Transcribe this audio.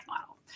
model